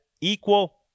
equal